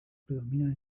predominan